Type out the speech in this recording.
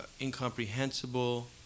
incomprehensible